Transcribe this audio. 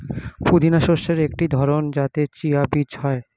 পুদিনা শস্যের একটি ধরন যাতে চিয়া বীজ হয়